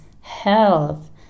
health